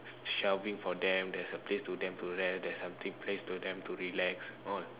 shelving for them there is a place for them to rest a place for them to relax